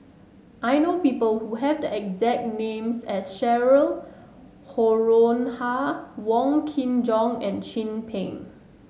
I know people who have the exact name as Cheryl Noronha Wong Kin Jong and Chin Peng